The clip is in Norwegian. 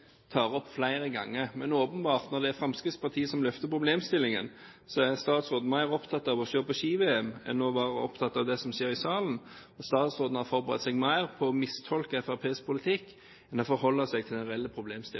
tar opp flere ganger. Men det er åpenbart – når det er Fremskrittspartiet som løfter problemstillingen, er statsråden mer opptatt av ski-VM enn det som skjer i salen. Statsråden har forberedt seg mer på å mistolke Fremskrittspartiet politikk enn å forholde seg til den reelle problemstillingen. Det jeg kom med, var ikke en svartmaling av situasjonen, men to konkrete problemstillinger